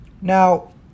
Now